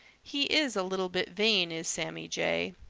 he is a little bit vain, is sammy jay.